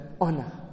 honor